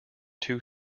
two